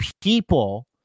people